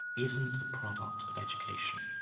isn't a product of education.